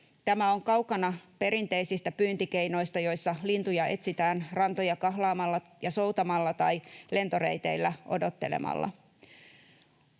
Tämä on kaukana perinteisistä pyyntikeinoista, joissa lintuja etsitään rantoja kahlaamalla ja soutamalla tai lentoreiteillä odottelemalla.